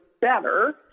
better